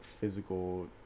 physical